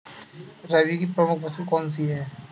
रबी की प्रमुख फसल कौन सी है?